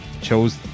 chose